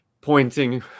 pointing